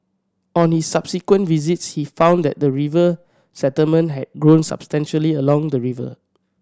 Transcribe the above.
on his subsequent visits he found that the river settlement had grown substantially along the river